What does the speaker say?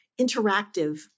interactive